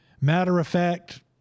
matter-of-fact